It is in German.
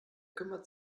kümmert